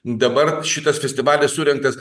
dabar šitas festivalis surengtas